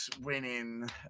winning